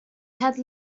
had